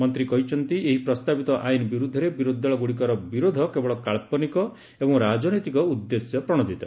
ମନ୍ତ୍ରୀ କହିଛନ୍ତି ଏହି ପ୍ରସ୍ତାବିତ ଆଇନ୍ ବିରୁଦ୍ଧରେ ବିରୋଧୀଦଳ ଗୁଡିକର ବିରୋଧ କେବଳ କାନ୍ଥନିକ ଏବଂ ରାଜନୈତିକ ଉଦ୍ଦେଶ୍ୟ ପ୍ରଣୋଦିତ